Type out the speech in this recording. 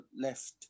left